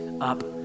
up